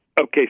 Okay